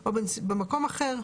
או במקום אחר.